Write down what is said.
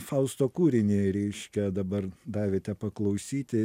fausto kūrinį reiškia dabar davėte paklausyti